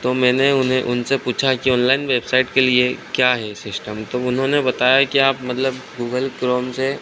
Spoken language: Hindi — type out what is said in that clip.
तो मैंने उन्हें उनसे पूछा कि ऑनलाइन वेबसाइट के लिए क्या है सिश्टम तो उन्होंने बताया कि आप मतलब गूगल क्रोम से